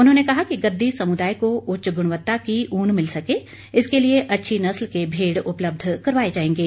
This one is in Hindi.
उन्होंने कहा कि गददी सम्दाय को उच्च ग्णवत्ता की उन मिल सके इसके लिए अच्छी नस्ल के भेड़ उपलब्ध करवाए जाएंगे